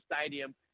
stadium